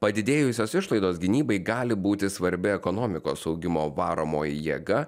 padidėjusios išlaidos gynybai gali būti svarbi ekonomikos augimo varomoji jėga